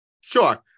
Sure